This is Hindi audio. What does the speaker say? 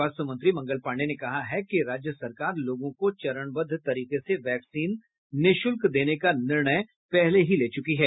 स्वास्थ्य मंत्री मंगल पांडेय ने कहा है कि राज्य सरकार लोगों को चरणबद्व तरीके से वैक्सीन निःशुल्क देने का निर्णय पहले ही ले चूकी है